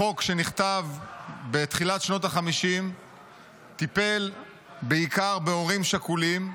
החוק שנכתב בתחילת שנות החמישים טיפל בעיקר בהורים שכולים,